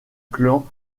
clan